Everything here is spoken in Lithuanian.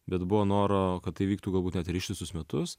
bet buvo noro kad tai vyktų galbūt net ir ištisus metus